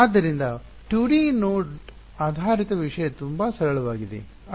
ಆದ್ದರಿಂದ two D node ಆಧಾರಿತ ವಿಷಯ ತುಂಬಾ ಸರಳವಾಗಿದೆ